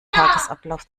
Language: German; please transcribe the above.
tagesablauf